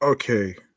Okay